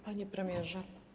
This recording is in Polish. Panie Premierze!